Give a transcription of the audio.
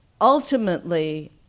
ultimately